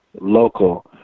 local